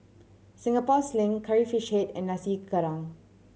Singapore Sling Curry Fish Head and Nasi Goreng Kerang